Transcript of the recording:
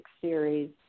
series